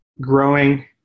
growing